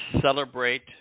celebrate